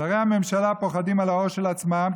שרי הממשלה פוחדים על הראש של עצמם,